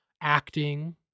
Acting